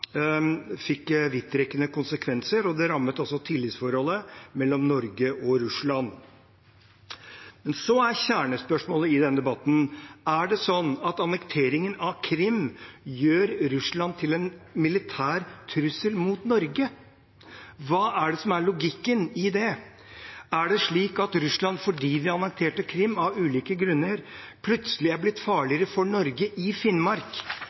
fikk vidtrekkende konsekvenser, og det rammet også tillitsforholdet mellom Norge og Russland. Så er kjernespørsmålet i denne debatten: Er det sånn at annekteringen av Krim gjør Russland til en militær trussel mot Norge? Hva er det som er logikken i det? Er det slik at Russland, fordi de annekterte Krim, av ulike grunner plutselig er blitt farligere for Norge, i Finnmark?